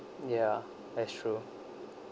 ya that's true